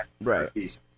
right